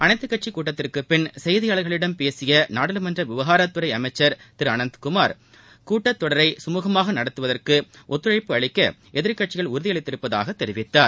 அனைத்துக் கட்சிக் கூட்டத்திற்குப் பின்னர் செய்தியாளர்களிடம் பேசிய நாடாளுமன்ற விவகாரத்துறை அமைச்சர் திரு அனந்த்குமார் கூட்டத்தொடரை கமூகமாக நடத்துவதற்கு ஒத்துழைப்பு அளிக்க எதிர்க்கட்சிகள் உறுதியளித்துள்ளதாக தெரிவித்தார்